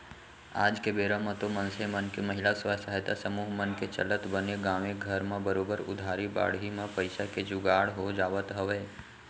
आज के बेरा म तो मनसे मन के महिला स्व सहायता समूह मन के चलत बने गाँवे घर म बरोबर उधारी बाड़ही म पइसा के जुगाड़ हो जावत हवय